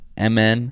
MN